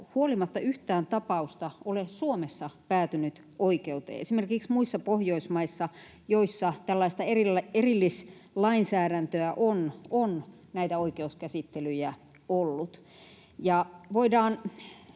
huolimatta yhtään tapausta ole Suomessa päätynyt oikeuteen. Esimerkiksi muissa Pohjoismaissa, joissa tällaista erillislainsäädäntöä on, on näitä oikeuskäsittelyjä ollut. Voidaan